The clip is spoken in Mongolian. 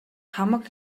хамаг